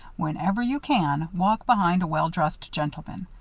whenever you can, walk behind a well-dressed gentleman.